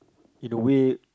in a way